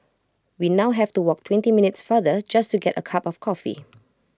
we now have to walk twenty minutes farther just to get A cup of coffee